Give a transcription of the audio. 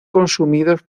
consumidos